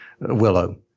Willow